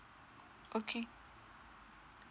okay